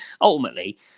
Ultimately